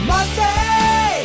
Monday